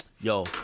Yo